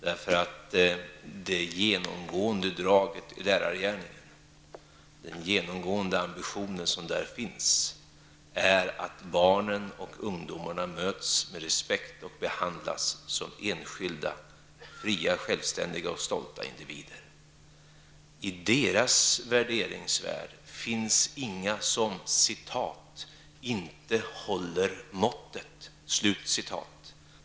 Det genomgående draget i lärargärningen och i den ambition som där finns är att barnen och ungdomarna möts med respekt och behandlas som enskilda, fria, självständiga och stolta individer. I deras värderingsvärld finns ingen som ''inte håller måttet''.